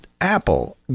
Apple